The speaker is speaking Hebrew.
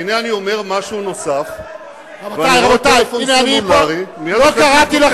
והנה אני אומר משהו נוסף, לא קראתי לך